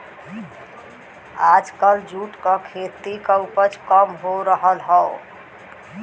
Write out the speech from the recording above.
आजकल जूट क खेती क उपज काम हो रहल हौ